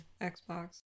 Xbox